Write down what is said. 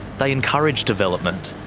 they encourage development.